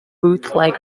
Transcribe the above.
bootleg